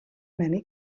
many